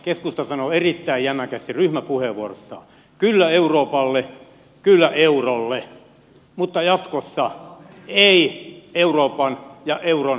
keskusta sanoi erittäin jämäkästi ryhmäpuheenvuorossaan kyllä euroopalle kyllä eurolle mutta jatkossa ei euroopan ja euron pelastamiselle